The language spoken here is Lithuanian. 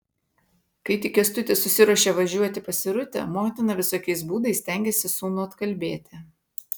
kai tik kęstutis susiruošė važiuoti pas irutę motina visokiais būdais stengėsi sūnų atkalbėti